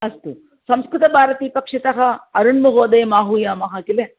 अस्तु संस्कृतभारतीपक्षतः अरुण् महोदयम् अह्वयामः किल